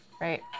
Right